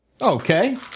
Okay